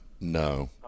no